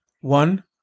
One